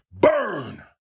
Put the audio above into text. burn